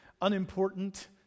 unimportant